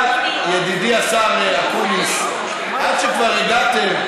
אבל, ידידי השר אקוניס, עד שכבר הגעתם,